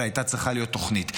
אבל הייתה צריכה להיות תוכנית.